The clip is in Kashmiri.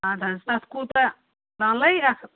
اَدٕ حظ تَتھ کوٗتاہ تان لٲگَسہٕ